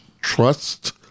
trust